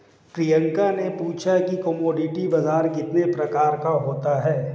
प्रियंका ने पूछा कि कमोडिटी बाजार कितने प्रकार का होता है?